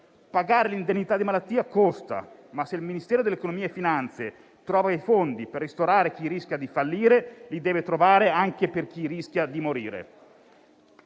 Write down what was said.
Pagare l'indennità di malattia costa, ma se il Ministero dell'economia e finanze trova i fondi per ristorare chi rischia di fallire, li deve trovare anche per chi rischia di morire.